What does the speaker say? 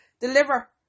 deliver